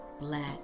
black